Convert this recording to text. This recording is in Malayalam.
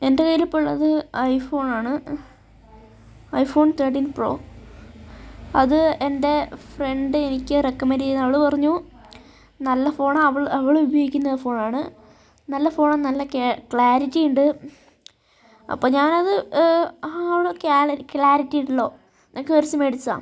എൻ്റെ കയ്യിലിപ്പോൾ ഉള്ളത് ഐ ഫോൺ ആണ് ഐ ഫോൺ തേർട്ടീൻ പ്രോ അത് എൻ്റെ ഫ്രണ്ട് എനിക്ക് റെക്കമെന്റ് ചെയ്തതാണ് അവൾ പറഞ്ഞു നല്ല ഫോണാ അവൾ അവളുപയോഗിക്കുന്ന ഫോണാണ് നല്ല ഫോൺ നല്ല ക്യ ക്ലാരിറ്റി ഉണ്ട് അപ്പോൾ ഞാൻ അത് ആ ക്ലാരിറ്റി ഉണ്ടല്ലോ എന്നൊക്കെ വിച്ചാരിച്ച് മേടിച്ചതാണ്